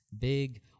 big